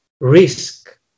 risk